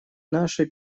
нашей